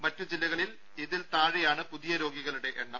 മറ്റുജില്ലകളിൽ ഇതിൽ താഴെയാണ് പുതിയ രോഗികളുടെ എണ്ണം